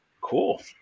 cool